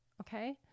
Okay